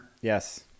Yes